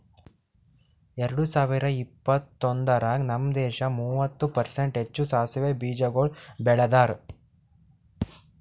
ಎರಡ ಸಾವಿರ ಇಪ್ಪತ್ತೊಂದರಾಗ್ ನಮ್ ದೇಶ ಮೂವತ್ತು ಪರ್ಸೆಂಟ್ ಹೆಚ್ಚು ಸಾಸವೆ ಬೀಜಗೊಳ್ ಬೆಳದಾರ್